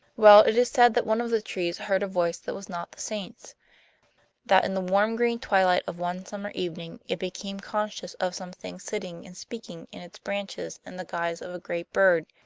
well, it is said that one of the trees heard a voice that was not the saint's that in the warm green twilight of one summer evening it became conscious of some thing sitting and speaking in its branches in the guise of a great bird,